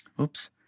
oops